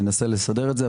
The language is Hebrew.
אנסה לסדר את זה.